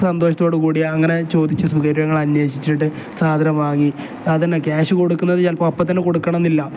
സന്തോഷത്തോട് കൂടി അങ്ങനെ ചോദിച്ചിട്ട് സൗകര്യങ്ങൾ അന്വേഷിച്ചിട്ട് സാധനം വാങ്ങി അത് തന്നെ ക്യാഷ് കൊടുക്കുന്നത് ചിലപ്പോൾ അപ്പം തന്നെ കൊടുക്കണം എന്നില്ല